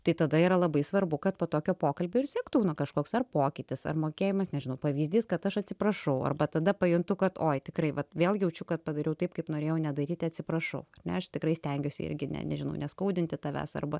tai tada yra labai svarbu kad po tokio pokalbio ir sektų nu kažkoks ar pokytis ar mokėjimas nežinau pavyzdys kad aš atsiprašau arba tada pajuntu kad oi tikrai vat vėl jaučiu kad padariau taip kaip norėjau nedaryti atsiprašau ne aš tikrai stengiuosi irgi ne nežinau neskaudinti tavęs arba